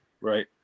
right